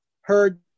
heard